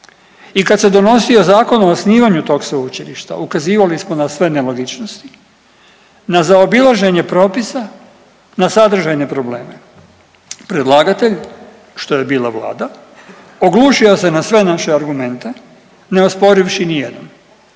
I kad se donosio zakon o osnivanju tog sveučilišta ukazivali smo na sve nelogičnosti. Na zaobilaženje propisa, na sadržaje probleme. Predlagatelj što je bila Vlada oglušio se na sve naše argumente ne osporivši ni jedan